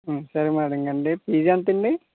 ఆ సరే మేడం గారు అండి ఫీజు ఎంత అండి